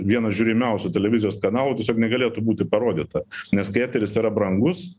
vieną žiūrimiausių televizijos kanalų negalėtų būti parodyta nes kai eteris yra brangus